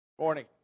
Morning